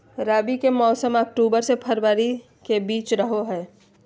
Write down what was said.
रबी के मौसम अक्टूबर से फरवरी के बीच रहो हइ